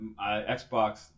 Xbox